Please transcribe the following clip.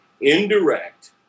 indirect